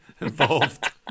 involved